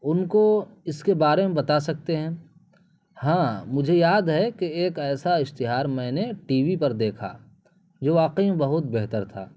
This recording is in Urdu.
ان کو اس کے بارے میں بتا سکتے ہیں ہاں مجھے یاد ہے کہ ایک ایسا اشتہار میں نے ٹی وی پر دیکھا جو واقعی میں بہت بہتر تھا